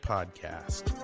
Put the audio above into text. Podcast